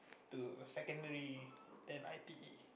to secondary then I_T_E